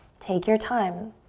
take your time.